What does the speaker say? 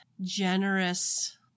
generous